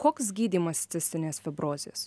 koks gydymas cistinės fibrozės